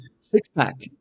six-pack